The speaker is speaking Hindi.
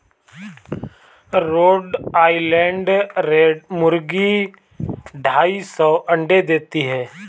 रोड आइलैंड रेड मुर्गी ढाई सौ अंडे देती है